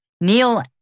Neil